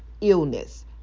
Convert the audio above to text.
Illness